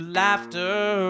laughter